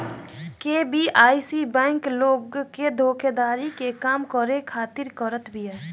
KYC bank लोगन के धोखाधड़ी के कम करे खातिर करत बिया